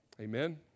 Amen